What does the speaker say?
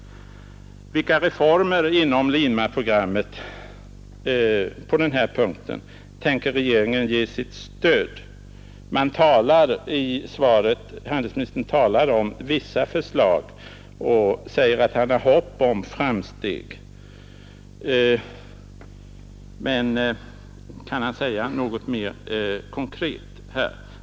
Vilka reformer inom Limaprogrammet på den här punkten tänker regeringen ge stöd? Handelsministern talar om vissa förslag och säger att han har hopp om framsteg, men kan han säga något mer konkret?